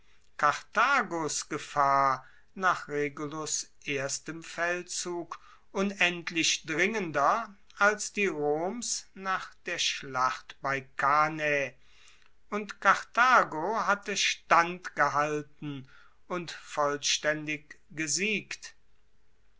karthagos gefahr nach regulus erstem feldzug unendlich dringender als die roms nach der schlacht bei cannae und karthago hatte standgehalten und vollstaendig gesiegt